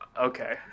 okay